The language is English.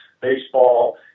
baseball